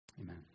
Amen